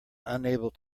unable